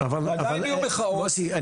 עדיין יהיו מחאות -- אבל מוסי,